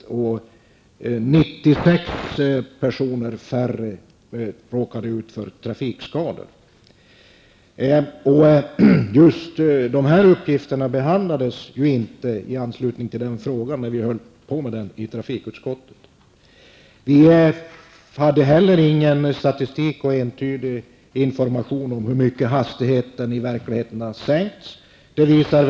Dessutom har 96 personer färre råkat ut för trafikskador. Just dessa uppgifter blev inte behandlade när frågan togs upp i trafikutskottet. Statistik eller entydig information om hur mycket hastigheterna i verkligheten sänkts har heller inte varit tillgängliga.